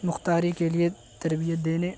مختاری کے لیے تربیت دینے